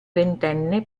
ventenne